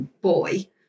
boy